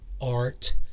art